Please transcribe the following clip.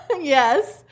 Yes